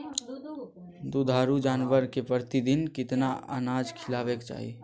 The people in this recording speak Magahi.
दुधारू जानवर के प्रतिदिन कितना अनाज खिलावे के चाही?